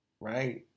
right